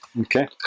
Okay